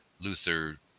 Luther